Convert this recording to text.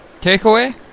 Takeaway